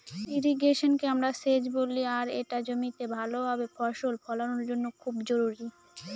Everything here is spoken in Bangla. ইর্রিগেশনকে আমরা সেচ বলি আর এটা জমিতে ভাল ভাবে ফসল ফলানোর জন্য খুব জরুরি